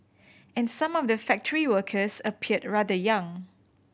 and some of the factory workers appeared rather young